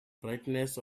brightness